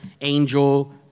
Angel